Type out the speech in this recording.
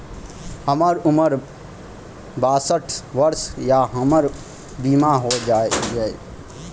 हमर उम्र बासठ वर्ष या हमर बीमा हो जाता यो?